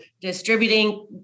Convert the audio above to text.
distributing